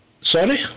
Sorry